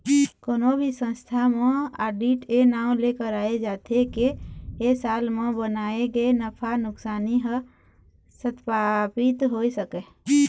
कोनो भी संस्था म आडिट ए नांव ले कराए जाथे के ए साल म बनाए गे नफा नुकसानी ह सत्पापित हो सकय